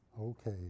okay